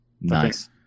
nice